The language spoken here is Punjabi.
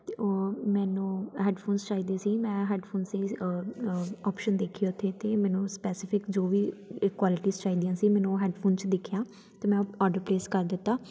ਅਤੇ ਉਹ ਮੈਨੂੰ ਹੈੱਡਫੋਨਸ ਚਾਹੀਦੇ ਸੀ ਮੈਂ ਹੈੱਡਫੋਨਸ ਦੀ ਓਪਸ਼ਨ ਦੇਖੀ ਉੱਥੇ ਅਤੇ ਮੈਨੂੰ ਸਪੈਸੀਫਿਕ ਜੋ ਵੀ ਅ ਕੁਆਲਿਟੀਜ਼ ਚਾਹੀਦੀਆਂ ਸੀ ਮੈਨੂੰ ਉਹ ਹੈੱਡਫੋਨ 'ਚ ਦਿਖੀਆਂ ਅਤੇ ਮੈਂ ਉਹ ਔਡਰ ਪਲੇਸ ਕਰ ਦਿੱਤਾ